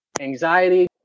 anxiety